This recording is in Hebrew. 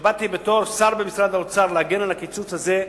כשבאתי בתור שר במשרד האוצר להגן על הקיצוץ הזה,